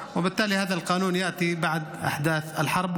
והנחה למי שמועבר מהבית לבית החולים,